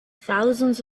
thousands